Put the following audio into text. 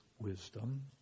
wisdom